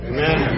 Amen